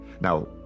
now